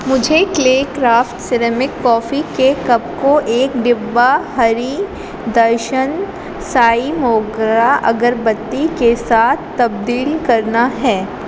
مجھے clay craft ceramic coffee کے cup کو ایک ڈبہ ہری درشن سائی موگرہ اگربتی کے ساتھ تبدیل کرنا ہے